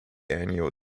annual